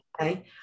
Okay